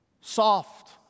soft